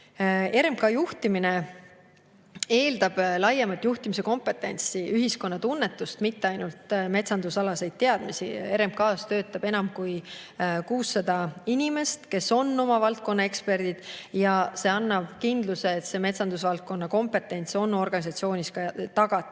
RMK juhtimine eeldab laiemat juhtimise kompetentsi, ühiskonnatunnetust, mitte ainult metsandusalaseid teadmisi. RMK-s töötab enam kui 600 inimest, kes on oma valdkonna eksperdid, ja see annab kindluse, et see metsandusvaldkonna kompetents on organisatsioonis tagatud.